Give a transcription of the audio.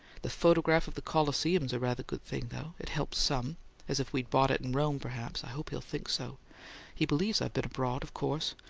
the photograph of the colosseum's a rather good thing, though. it helps some as if we'd bought it in rome perhaps. i hope he'll think so he believes i've been abroad, of course.